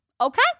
okay